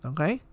Okay